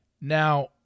Now